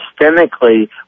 systemically